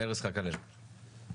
מאיר יצחק הלוי בבקשה.